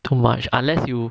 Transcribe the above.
too much unless you